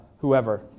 whoever